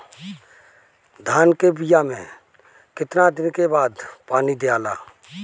धान के बिया मे कितना दिन के बाद पानी दियाला?